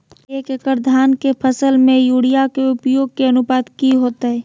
एक एकड़ धान के फसल में यूरिया के उपयोग के अनुपात की होतय?